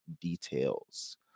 details